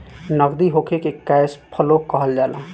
नगदी होखे के कैश फ्लो कहल जाला